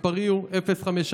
מספרי הוא 054-5852404,